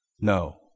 No